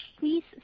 please